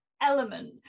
element